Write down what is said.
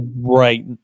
right